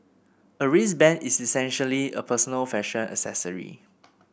a wristband is essentially a personal fashion accessory